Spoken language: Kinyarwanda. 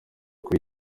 kuri